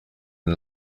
and